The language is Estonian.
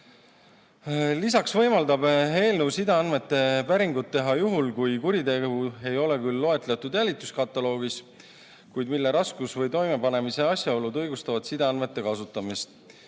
Lisaks võimaldab eelnõu sideandmete päringut teha juhul, kui kuritegu ei ole küll loetletud jälituskataloogis, kuid selle raskus või toimepanemise asjaolud õigustavad sideandmete kasutamist,